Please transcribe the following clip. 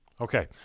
Okay